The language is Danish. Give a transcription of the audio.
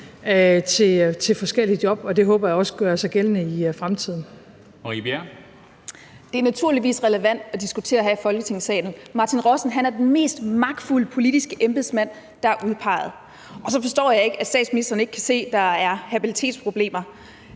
(Henrik Dam Kristensen): Marie Bjerre. Kl. 23:47 Marie Bjerre (V): Det er naturligvis relevant at diskutere her i Folketingssalen. Martin Rossen er den mest magtfulde politiske embedsmand, der er udpeget. Og så forstår jeg ikke, at statsministeren ikke kan se, at der er habilitetsproblemer.